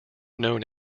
known